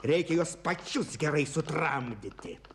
reikia juos pačius gerai sutramdyti